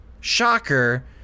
Shocker